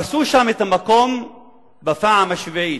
הרסו שם את המקום בפעם השביעית.